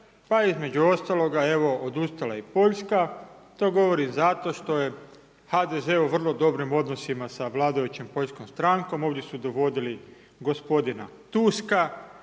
pa između ostaloga odustala i Poljska. To govorim zato što je HDZ u vrlo dobrim odnosima sa vladajućom poljskom strankom, ovdje su dovodili gospodina Tuska